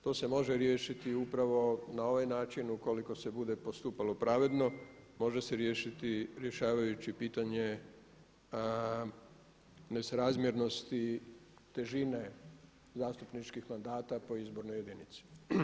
To se može riješiti upravo na ovaj način ukoliko se bude postupalo pravedno, može se riješiti rješavajući pitanje nesrazmjernosti težine zastupničkih mandata po izbornoj jedinici.